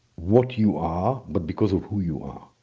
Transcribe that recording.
what you are but because of who you are.